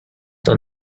the